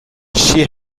she